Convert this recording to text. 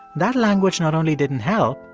that language not only didn't help,